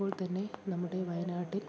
ഇപ്പോൾ തന്നെ നമ്മുടെ വയനാട്ടിൽ